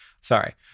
Sorry